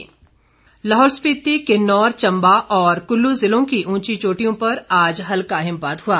मौसम लाहौल स्पीति किन्नौर कुल्लू और चम्बा जिलों की ऊंची चोटियों पर आज हल्का हिमपात हुआ